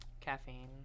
Caffeine